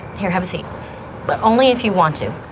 here. hevesi, but only if you want to.